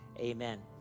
amen